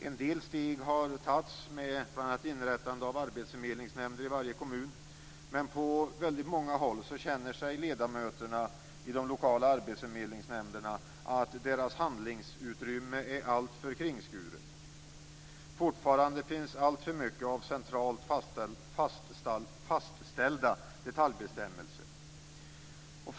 En del steg har tagits med bl.a. inrättande av arbetsförmedlingsnämnder i varje kommun, men på väldigt många håll känner ledamöterna i dessa nämnder att deras handlingsutrymme är alltför kringskuret. Fortfarande finns alltför mycket av centralt fastställda detaljbestämmelser.